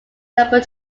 number